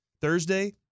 Thursday